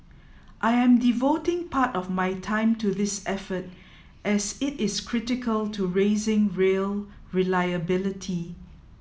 I am devoting part of my time to this effort as it is critical to raising rail reliability